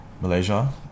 Malaysia